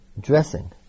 dressing